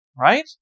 right